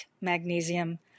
magnesium